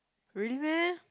really meh